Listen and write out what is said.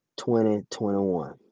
2021